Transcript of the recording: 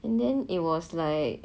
and then it was like